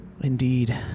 Indeed